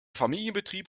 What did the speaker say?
familienbetrieb